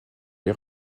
les